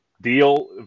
deal